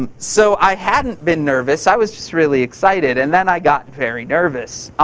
um so i hadn't been nervous. i was just really excited and then i got very nervous.